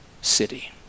city